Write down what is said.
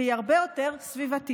והיא הרבה יותר סביבתית,